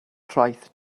traeth